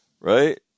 Right